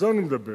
על זה אני מדבר.